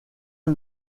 and